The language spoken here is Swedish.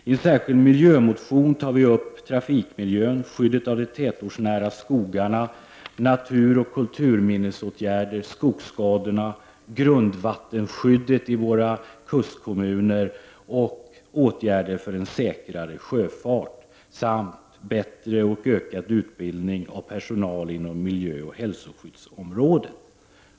I en särskild miljömotion tar vi upp trafikmiljön, skyddet av de tätortsnära skogarna, åtgärder för natur och kulturminnen, skogsskadorna, grundvattenskyddet i våra kustkommuner och åtgärder för en säkrare sjöfart samt bättre och ökad utbildning av personal inom miljöoch hälsoskyddsområdet.